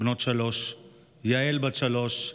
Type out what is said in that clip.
בנות שלוש, יהל, בת שלוש,